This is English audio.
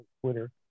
Twitter